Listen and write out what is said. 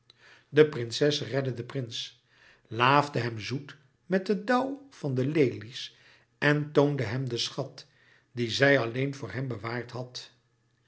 de prinses redde den prins laafde hem zoet met den dauw van de lelies en toonde hem den schat dien zij alleen voor hem bewaard had